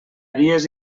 dies